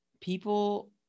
People